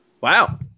Wow